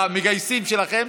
אני מקפיד על המגייסים שלכם,